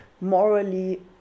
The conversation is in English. morally